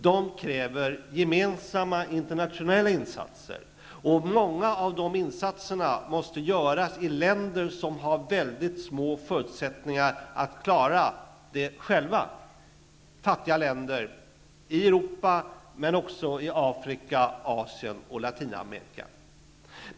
De kräver gemensamma internationella insatser, och många av de insatserna måste göras i länder som har små förutsättningar att klara det själva -- fattiga länder, i Europa, men också i Afrika, Asien och Latinamerika.